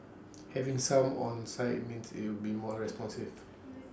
having someone on site means IT will be more responsive